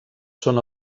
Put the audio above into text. són